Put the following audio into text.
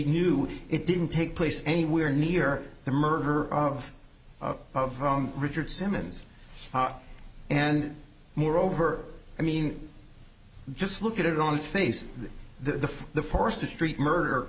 knew it didn't take place anywhere near the murder of home richard simmons and moreover i mean just look at it on face the the force the street murder